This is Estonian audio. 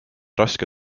raske